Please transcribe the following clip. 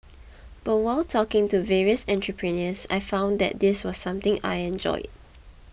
but while talking to various entrepreneurs I found that this was something I enjoyed